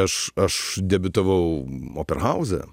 aš aš debiutavau operhauze